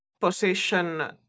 position